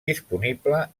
disponible